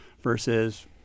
versus